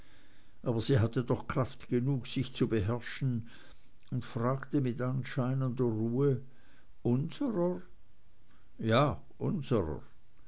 aber sie hatte doch kraft genug sich zu beherrschen und fragte mit anscheinender ruhe unserer ja unserer